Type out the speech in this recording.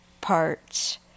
parts